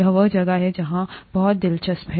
यह वह जगह है जहाँ यह बहुत दिलचस्प है